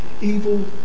evil